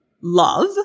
love